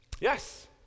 Yes